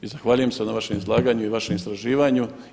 I zahvaljujem se na vašem izlaganju i vašem istraživanju.